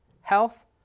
health